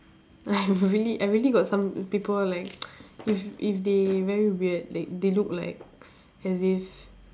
I have really I really got some people like if if they very weird like they look like as if